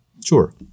Sure